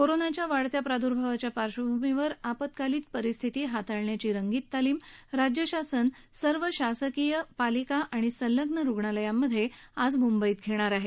कोरोनाच्या वाढत्या प्रादूर्भावाच्या पार्श्वभूमीवर आपत्कालीन परिस्थिती हाताळण्याची रंगीत तालिम राज्य शासन सर्व शासकीय पालिका आणि संलग्न रुग्णालयात आज घेणार आहे